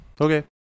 Okay